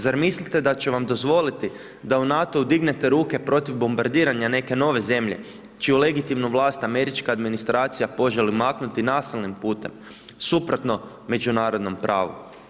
Zar mislite da će vam dozvoliti da u NATO-u dignete ruke protiv bombardiranja neke nove zemlje čiju legitimnu vlast američka administracija poželi maknuti nasilnim putem suprotno međunarodnom pravu?